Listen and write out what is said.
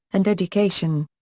and education.